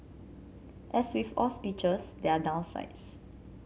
as with all speeches there are downsides